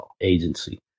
agency